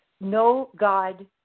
no-God